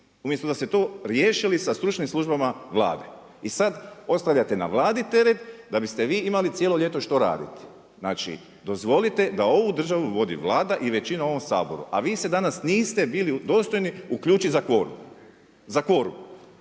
umjesto da ste to riješili sa stručnim službama Vlade. I sada ostavljate na Vladi teret da biste vi imali cijelo ljeto što raditi. Znači dozvolite da ovu državu vodi Vlada i većina u ovom Saboru. A vi se danas niste bili dostojni uključiti za kvorum jer